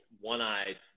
one-eyed